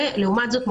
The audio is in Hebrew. לעומת זאת,